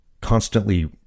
constantly